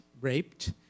raped